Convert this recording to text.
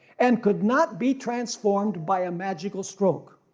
and could not be transformed by a magical stroke.